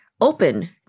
open